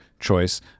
choice